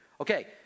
Okay